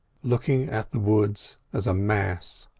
looking at the woods as a mass,